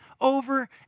over